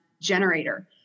generator